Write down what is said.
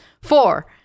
four